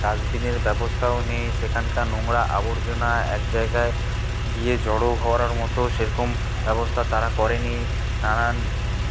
ডাস্টবিনের ব্যবস্থাও নেই সেখানকার নোংরা আবর্জনা এক জায়গায় গিয়ে জড়ো হওয়ার মতো সেরকম ব্যবস্থা তারা করেনি নানান